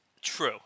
True